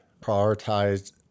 prioritized